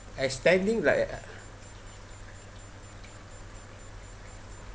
extending like uh